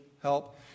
Help